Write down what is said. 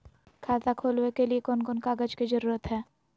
खाता खोलवे के लिए कौन कौन कागज के जरूरत है?